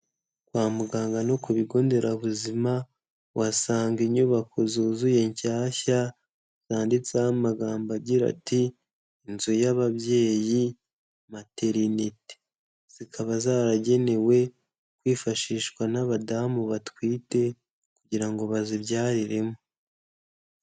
Kwa muganga no ku bigo nderabuzima uhasanga inyubako zuzuye nshyashya zanditseho amagambo agira ati inzu y'ababyeyi materinite, zikaba zaragenewe kwifashishwa n'abadamu batwite kugira ngo bazibyariremo.